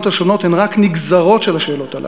השונות הם רק נגזרות של השאלות הללו.